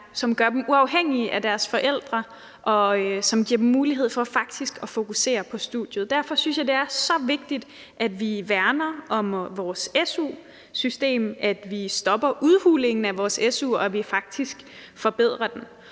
som gør dem uafhængige af deres forældre, og som giver dem mulighed for faktisk at fokusere på studiet. Derfor synes jeg, det er så vigtigt, at vi værner om vores su-system, at vi stopper udhulingen af vores su, og at vi faktisk forbedrer den.